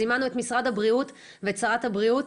זימנו את משרד הבריאות ואת שרת הבריאות,